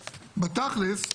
בתכלס',